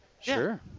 Sure